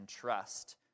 trust